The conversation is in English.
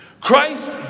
Christ